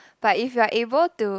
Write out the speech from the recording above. but if you are able to